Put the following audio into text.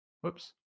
Whoops